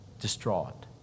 distraught